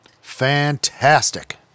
Fantastic